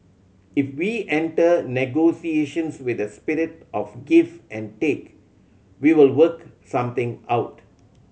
if we enter negotiations with a spirit of give and take we will work something out